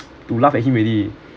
to laugh at him already